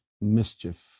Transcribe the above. mischief